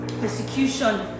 persecution